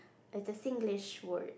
there's a Singlish word